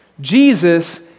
Jesus